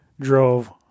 Drove